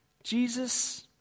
Jesus